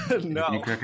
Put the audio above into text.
No